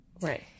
Right